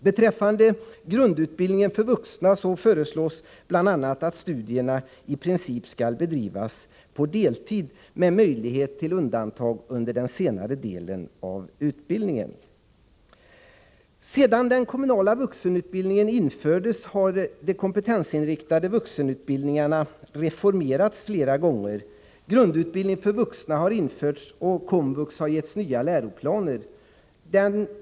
Beträffande grundutbildningen för vuxna föreslås bl.a. att studierna i princip skall bedrivas på deltid, med möjlighet till undantag under den senare delen av utbildningen. Sedan den kommunala vuxenutbildningen infördes har de kompetensinriktade vuxenutbildningarna reformerats flera gånger. Grundutbildning för vuxna har införts, och komvux har getts nya läroplaner.